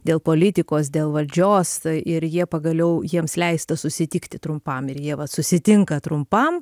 dėl politikos dėl valdžios ir jie pagaliau jiems leista susitikti trumpam ir jie va susitinka trumpam